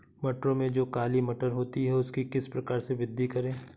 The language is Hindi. मटरों में जो काली मटर होती है उसकी किस प्रकार से वृद्धि करें?